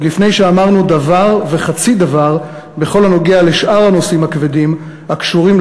עוד לפני שאמרנו דבר וחצי דבר בכל הנוגע לשאר הנושאים הכבדים הקשורים